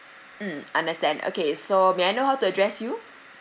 mm understand okay so may I know how to address you